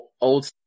old